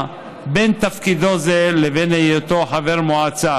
בין תפקידו זה לבין היותו חבר מועצה,